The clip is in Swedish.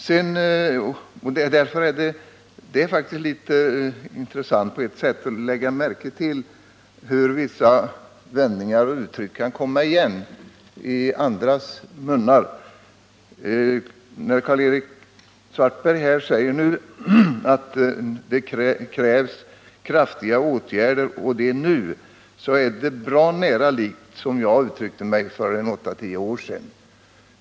Det är på ett sätt intressant att lägga märke till hur olika vändningar och uttryck kan komma igen i andras mun. När Karl-Erik Svartberg säger att det krävs kraftiga åtgärder och att dessa måste vidtas nu, är det bra likt vad jag sade för åtta tio år sedan.